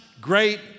great